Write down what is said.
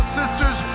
sisters